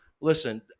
listen